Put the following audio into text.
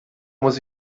muss